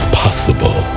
possible